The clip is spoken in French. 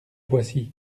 voici